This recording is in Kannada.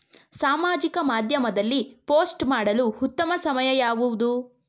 ಸಾಮಾಜಿಕ ಮಾಧ್ಯಮದಲ್ಲಿ ಪೋಸ್ಟ್ ಮಾಡಲು ಉತ್ತಮ ಸಮಯ ಯಾವುದು?